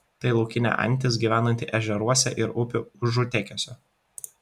tai laukinė antis gyvenanti ežeruose ir upių užutėkiuose